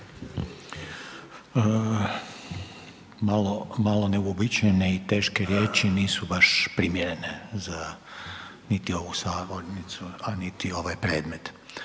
Malo neuobičajene i teške riječi nisu baš primjerene za niti ovu sabornicu a niti ovaj predmet.